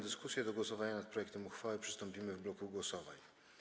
Do głosowania nad projektem uchwały przystąpimy w bloku głosowań.